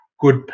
good